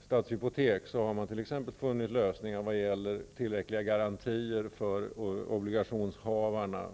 Stadshypotek har man exempelvis funnit lösningar vad gäller tillräckliga garantier för obligationshavarna.